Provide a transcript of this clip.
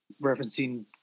referencing